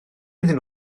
iddyn